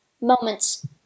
moments